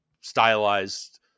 stylized